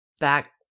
back